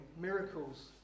miracles